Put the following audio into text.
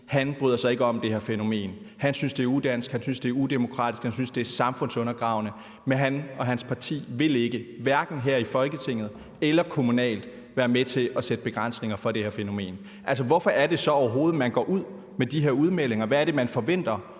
ikke bryder sig om det her fænomen. Han synes, det er udansk, udemokratisk og samfundsundergravende, men han og hans parti vil ikke, hverken her i Folketinget eller kommunalt, være med til at sætte begrænsninger for det her fænomen. Altså, hvorfor er det så overhovedet, at man går ud med de her udmeldinger? Hvad er det, man forventer